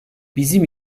bizim